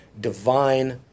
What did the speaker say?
divine